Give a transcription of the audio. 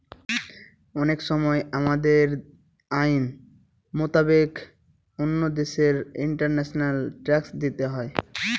অনেক সময় আমাদের আইন মোতাবেক অন্য দেশে ইন্টারন্যাশনাল ট্যাক্স দিতে হয়